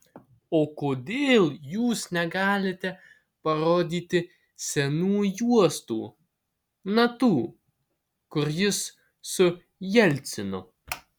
o kodėl jūs negalite parodyti senų juostų na tų kur jis su jelcinu